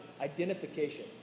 identification